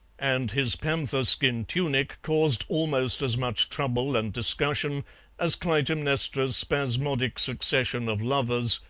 and his panther-skin tunic caused almost as much trouble and discussion as clytemnestra's spasmodic succession of lovers,